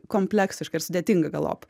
kompleksiška ir sudėtinga galop